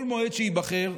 כל מועד שייבחר,